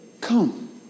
come